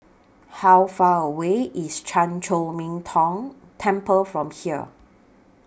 How Far away IS Chan Chor Min Tong Temple from here